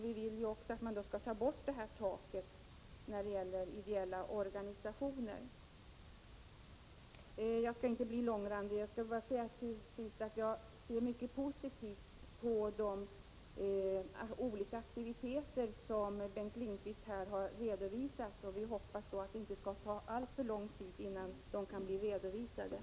Vi vill att man skall ta bort det tak som finns för ideella organisationer. Jag ser mycket positivt på de olika aktiviteter som statsrådet Bengt Lindqvist har redovisat, och jag hoppas att det inte skall dröja alltför länge innan de kan realiseras.